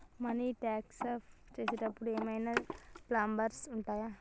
Money transfer చేసేటప్పుడు ఏమైనా problems ఉంటయా?